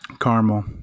Caramel